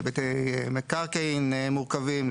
בהיבטי מקרקעין מורכבים,